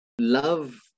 love